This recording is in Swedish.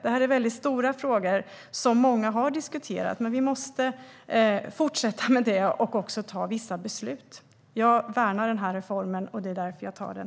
Det här är väldigt stora frågor som många har diskuterat. Men vi måste fortsätta med det och också ta vissa beslut. Jag värnar den här reformen, och det är därför jag tar den.